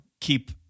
keep